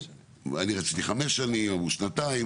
אני רציתי חמש שנים והם אמרו שנתיים.